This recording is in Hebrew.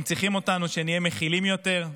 הם צריכים אותנו שנהיה מכילים יותר,